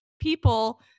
people